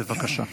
בבקשה.